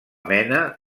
mena